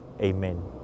Amen